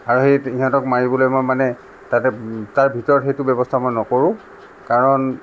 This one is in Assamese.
আৰু সেই সিহঁতক মাৰিবলৈ মোৰ মানে তাতে তাৰ ভিতৰত সেইটো ব্যৱস্থা মই নকৰোঁ কাৰণ